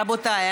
רבותיי,